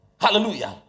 Hallelujah